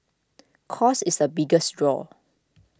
cost is the biggest draw